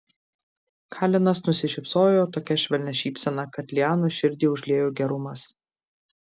kalenas nusišypsojo tokia švelnia šypsena kad lianos širdį užliejo gerumas